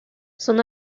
son